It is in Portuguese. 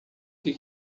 que